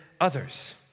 others